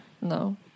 No